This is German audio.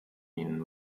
ihnen